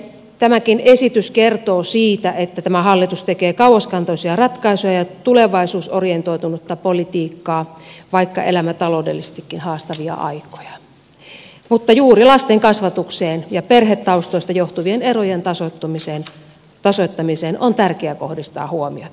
tämäkin esitys kertoo siitä että tämä hallitus tekee kauaskantoisia ratkaisuja ja tulevaisuusorientoitunutta politiikkaa vaikka elämme taloudellisestikin haastavia aikoja mutta juuri lastenkasvatukseen ja perhetaustoista johtuvien erojen tasoittamiseen on tärkeä kohdistaa huomiota